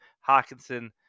Hawkinson